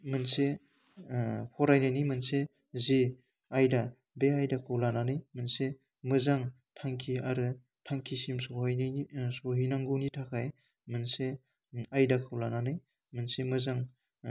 मोनसे फरायनायनि मोनसे जे आयदा बे आयदाखौ लानानै मोनसे मोजां थांखि आरो थांखिसिम सौहैनायनि सौहैनांगौनि थाखाय मोनसे आयदाखौ लानानै मोनसे मोजां